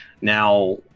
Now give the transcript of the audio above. Now